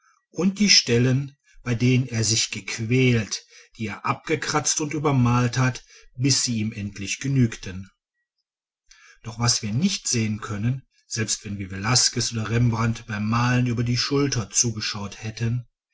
und die stellen bei denen er sich gequält die er abgekratzt und übermalt hat bis sie ihm endlich genügten doch was wir nicht sehen können selbst wenn wir velasquez oder rembrandt beim malen über die schulter zugeschaut hätten